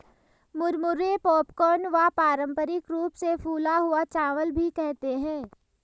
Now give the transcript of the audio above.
मुरमुरे पॉपकॉर्न व पारम्परिक रूप से फूला हुआ चावल भी कहते है